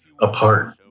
apart